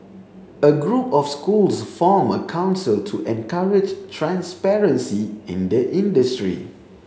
a group of schools formed a council to encourage transparency in the industry